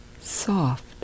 soft